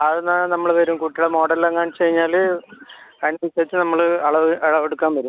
അത് എന്നാൽ നമ്മൾ വരും കുട്ടികളെ മോഡൽ എല്ലാം കാണിച്ച് കഴിഞ്ഞാൽ അതിനനുസരിച്ച് നമ്മൾ അളവ് അളവ് എടുക്കാൻ വരും